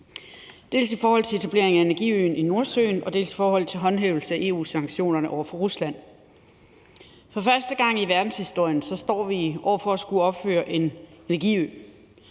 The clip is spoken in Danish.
dels i forhold til etablering af energiøen i Nordsøen, dels i forhold til håndhævelse af EU-sanktionerne over for Rusland. For første gang i verdenshistorien står vi over for at skulle opføre en energiø.